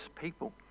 people